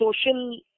social